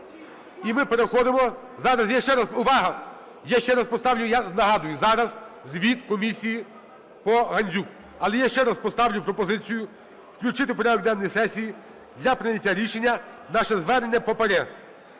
і ми переходимо… Зараз я ще раз… Увага! Я ще раз поставлю. Я нагадую, зараз звіт комісії по Гандзюк. Але я ще раз поставлю пропозицію включити в порядок денний сесії для прийняття рішення наше звернення по ПАРЄ